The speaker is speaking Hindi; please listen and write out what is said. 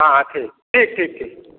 हाँ हाँ ठीक ठीक ठीक ठीक